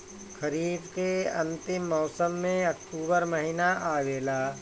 खरीफ़ के अंतिम मौसम में अक्टूबर महीना आवेला?